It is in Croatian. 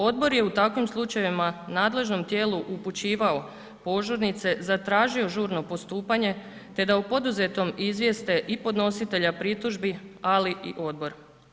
Odbor je u takvim slučajevima nadležnom tijelu upućivao požurnice, zatražio žurno postupanje ta da u poduzetom izvijeste i podnositelja pritužbi, ali i odbor.